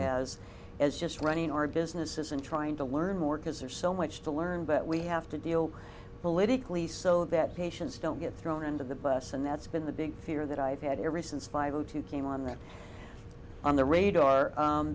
as as just running our businesses and trying to learn more because there's so much to learn but we have to deal with that patients don't get thrown under the bus and that's been the big fear that i've had every since fi go to came on that on the radar